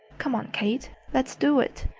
come on, kate, let's do it!